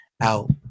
out